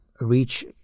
reach